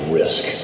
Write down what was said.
risk